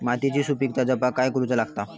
मातीयेची सुपीकता जपाक काय करूचा लागता?